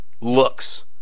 Looks